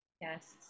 Yes